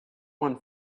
one